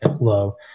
low